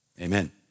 amen